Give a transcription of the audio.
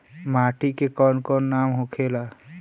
माटी के कौन कौन नाम होखे ला?